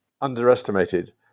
underestimated